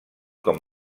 com